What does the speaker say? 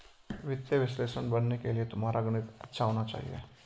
वित्तीय विश्लेषक बनने के लिए तुम्हारा गणित अच्छा होना चाहिए